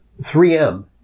3M